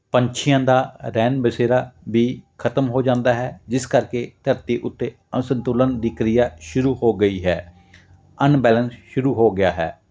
ਪੰਛੀਆਂ ਦਾ ਰਹਿਣ ਬਸੇਰਾ ਵੀ ਖਤਮ ਹੋ ਜਾਂਦਾ ਹੈ ਜਿਸ ਕਰਕੇ ਧਰਤੀ ਉੱਤੇ ਅਸੰਤੁਲਨ ਦੀ ਕਿਰਿਆ ਸ਼ੁਰੂ ਹੋ ਗਈ ਹੈ ਅਨਬੈਲੈਂਸ ਸ਼ੁਰੂ ਹੋ ਗਿਆ ਹੈ